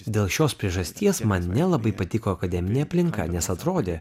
dėl šios priežasties man nelabai patiko akademinė aplinka nes atrodė